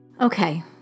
Okay